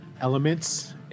elements